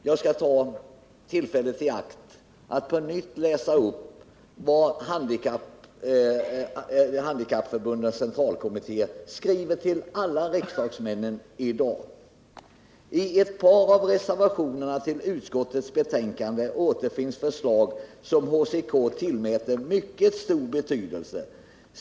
Jag skall ta tillfället i akt att på nytt läsa upp vad handikappförbundets centralkommitté skriver till alla riksdagsmän i dag: ”I ett par reservationer till utskottets betänkande återfinns förslag som HCK tillmäter mycket stor betydelse.